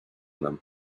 them